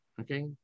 okay